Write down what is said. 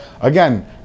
again